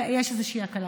ויש איזושהי הקלה.